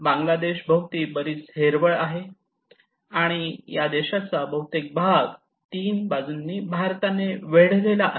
बांगलादेश भोवती बरीच हीरवळ आहे आणि या देशाचा बहुतेक भाग तीन बाजूंनी भारताने वेढलेला आहे